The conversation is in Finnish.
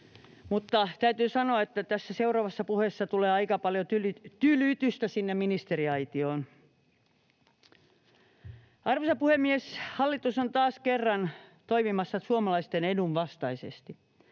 täytyy sanoa, että tässä seuraavassa puheessa tulee aika paljon tylytystä sinne ministeriaitioon. Arvoisa puhemies! Hallitus on taas kerran toimimassa suomalaisten edun vastaisesti.